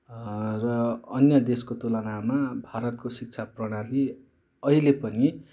र अन्य देशको तुलनामा भारतको शिक्षा प्रणाली अहिले पनि